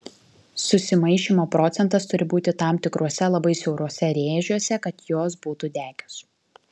susimaišymo procentas turi būti tam tikruose labai siauruose rėžiuose kad jos būtų degios